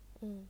嗯